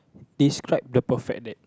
describe the perfect date